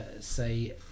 say